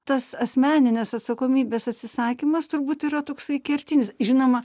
tas asmeninės atsakomybės atsisakymas turbūt yra toksai kertinis žinoma